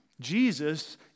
Jesus